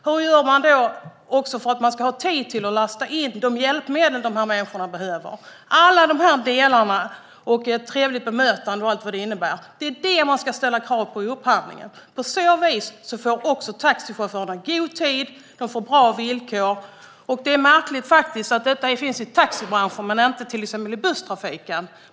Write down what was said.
Hur gör man för att det ska finnas tid till att lasta in de hjälpmedel som dessa människor behöver? Det är alla dessa delar och ett trevligt bemötande med allt vad det innebär som man ska ställa krav på i upphandlingen. På så vis får också taxichaufförerna gott om tid och bra villkor. Det är märkligt att detta finns i taxibranschen men inte till exempel i busstrafiken.